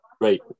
Right